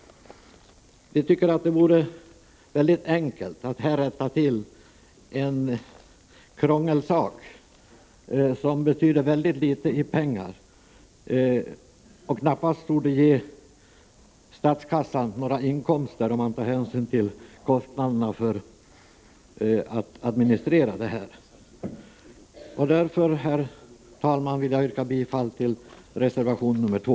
Vi tycker att det borde vara enkelt att rätta till en krångelsak som betyder så litet i pengar och som knappast ger statskassan några inkomster, om man tar hänsyn till administrationskostnaderna. Därför, herr talman, yrkar jag bifall till reservation 2.